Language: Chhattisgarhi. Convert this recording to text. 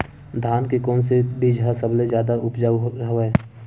धान के कोन से बीज ह सबले जादा ऊपजाऊ हवय?